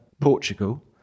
Portugal